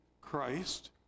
Christ